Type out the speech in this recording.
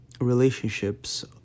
relationships